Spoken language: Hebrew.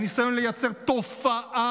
הניסיון לייצר תופעה,